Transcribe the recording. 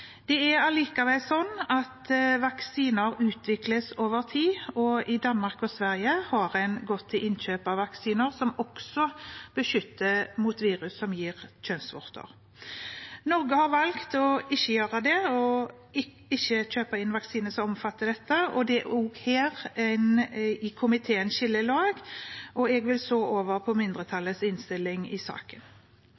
Det er likevel sånn at vaksiner utvikles over tid, og i Danmark og Sverige har en gått til innkjøp av vaksiner som også beskytter mot virus som gir kjønnsvorter. Norge har valgt å ikke gjøre det og kjøper ikke inn vaksiner som omfatter dette. Her skiller komiteen lag, og jeg vil nå over til mindretallets merknader i